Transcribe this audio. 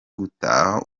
gutaha